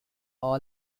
all